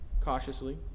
cautiously